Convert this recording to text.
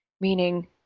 meaning